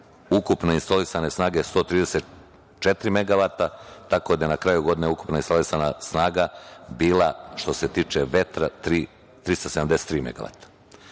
ukupno instalisane snage 134 megavata, tako da je na kraju godine ukupna instalisana snaga bila, što se tiče vetra, 373